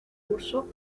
curso